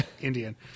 Indian